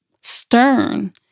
stern